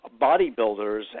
bodybuilders